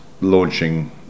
launching